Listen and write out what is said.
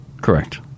Correct